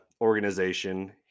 organization